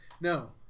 no